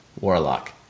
Warlock